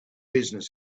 business